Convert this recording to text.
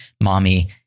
mommy